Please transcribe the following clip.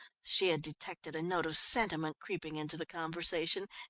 she had detected a note of sentiment creeping into the conversation,